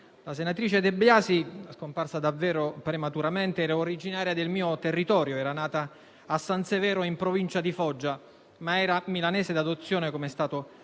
la senatrice De Biasi, scomparsa davvero prematuramente, era originaria del mio territorio, essendo nata a San Severo, in provincia di Foggia, ma era milanese d'adozione, come è stato